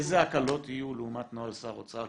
איזה הקלות יהיו לעומת נוהל שר אוצר?